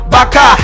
Baka